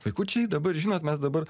vaikučiai dabar žinot mes dabar